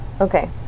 Okay